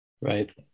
Right